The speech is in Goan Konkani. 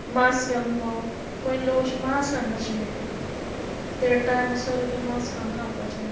मास्क घालून भोंवप पयलीं लोक अशें मास्क घालनाशिल्ली ते टायम असो येयलो की मास्क घालून रावपाचें